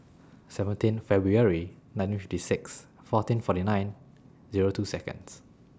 seventeen February nineteen fifty six fourteen forty nine Zero two Seconds